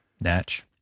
Natch